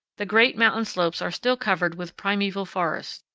the great mountain slopes are still covered with primeval forests.